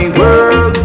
world